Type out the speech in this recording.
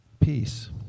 peace